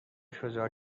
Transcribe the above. شجاع